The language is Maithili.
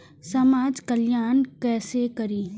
समाज कल्याण केसे करी?